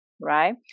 right